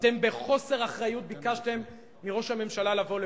אתם בחוסר אחריות ביקשתם מראש הממשלה לבוא לפה.